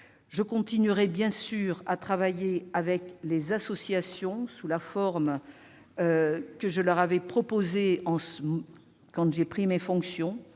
Je continuerai, bien sûr, à travailler avec les associations, en suivant la méthode que je leur avais proposée lorsque j'ai pris mes fonctions.